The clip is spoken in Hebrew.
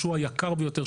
הוא היקר ביותר,